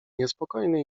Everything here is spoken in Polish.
niespokojny